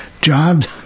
jobs